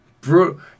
brutal